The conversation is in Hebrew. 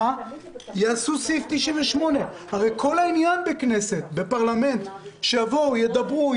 יפעילו את סעיף 98. הרי כל העניין בפרלמנט זה שיבואו וידברו,